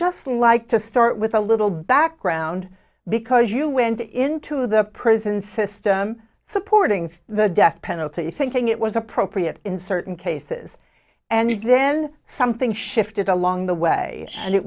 just like to start with a little background because you went into the prison system supporting the death penalty thinking it was appropriate in certain cases and then something shifted along the way and it